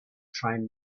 train